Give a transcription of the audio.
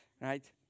right